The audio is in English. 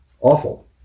awful